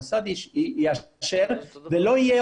אני רואה את זה כמשהו נדיר שלא קורה כול יום.